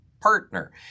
partner